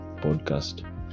podcast